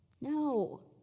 No